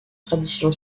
tradition